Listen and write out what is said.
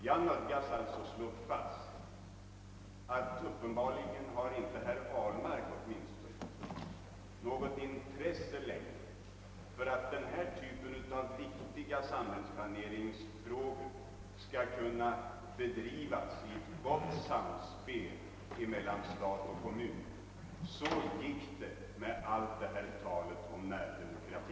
Jag nödgas alltså slå fast ait uppenbarligen har herr Ahlmark i varje fall inte längre något intresse av att den här typen av viktiga samhällsplaneringsfrågor skall kunna diskuteras i gott samspel mellan stat och kommun. Så gick det med allt detta tal om närdemokrati!